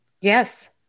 Yes